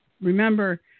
Remember